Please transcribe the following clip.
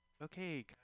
Okay